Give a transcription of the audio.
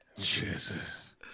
Jesus